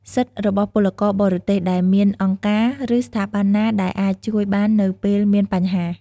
សិទ្ធិរបស់ពលករបរទេស ដែលមានអង្គការ ឬស្ថាប័នណាដែលអាចជួយបាននៅពេលមានបញ្ហា។